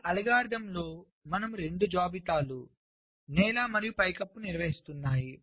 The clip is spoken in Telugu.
ఈ అల్గోరిథంలో మనము 2 జాబితాలు నేల మరియు పైకప్పును నిర్వహిస్తున్నాము